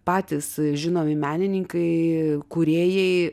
patys žinomi menininkai kūrėjai